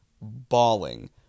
bawling